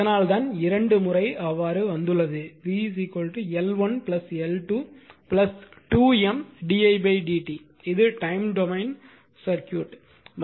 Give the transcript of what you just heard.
எனவே அதனால்தான் இரண்டு முறை அவ்வாறு வந்துள்ளது v L1 L2 2 M di dt இது டைம் டொமைன் சர்க்யூட்